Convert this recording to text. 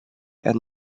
and